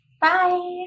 Bye